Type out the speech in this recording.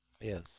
Yes